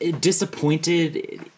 disappointed